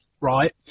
right